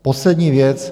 Poslední věc.